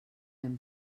hem